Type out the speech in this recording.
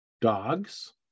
Dogs